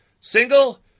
Single